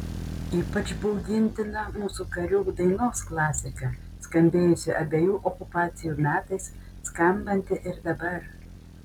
ypač baugintina mūsų karių dainos klasika skambėjusi abiejų okupacijų metais skambanti ir dabar